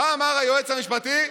מה אמר היועץ המשפטי?